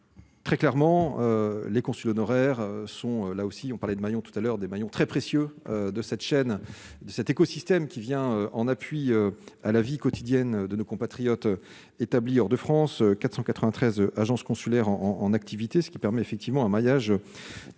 très clairement les consuls honoraires sont là aussi, on parlait de maillon tout à l'heure des maillons très précieux de cette chaîne cet écosystème qui vient en appui à la vie quotidienne de nos compatriotes établis hors de France, 493 agence consulaire en en activité, ce qui permet effectivement un maillage très